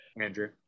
Andrew